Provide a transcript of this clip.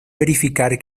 verificar